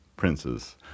princes